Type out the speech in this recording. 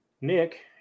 Nick